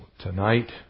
Tonight